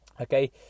okay